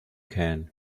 can